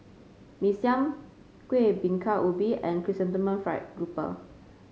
Mee Siam Kuih Bingka Ubi and Chrysanthemum Fried Grouper